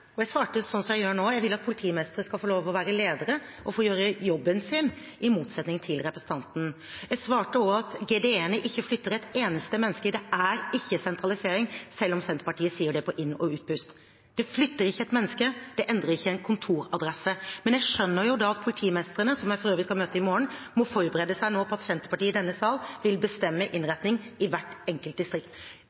jeg gjør nå: Jeg vil at politimestre skal få lov til å være ledere og få gjøre jobben sin – i motsetning til representanten. Jeg svarte også at GDE-ene, de geografiske driftsenhetene, ikke flytter et eneste menneske. Det er ikke sentralisering, selv om Senterpartiet sier det på inn- og utpust. Det flytter ikke et menneske, det endrer ikke en kontoradresse. Men jeg skjønner jo at politimestrene, som jeg for øvrig skal møte i morgen, nå må forberede seg på at Senterpartiet i denne sal vil bestemme innretning i hvert enkelt distrikt.